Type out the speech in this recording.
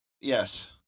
Yes